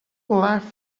laughed